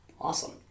Awesome